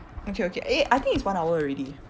okay okay eh I think it's one hour already